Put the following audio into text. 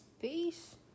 Peace